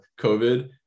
COVID